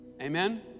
Amen